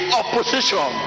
opposition